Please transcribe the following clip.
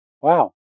wow